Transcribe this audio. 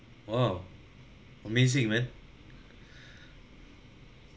!wow! amazing man